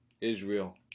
Israel